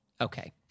Okay